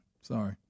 Sorry